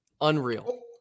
Unreal